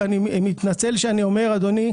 ואני מתנצל אדוני,